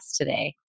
today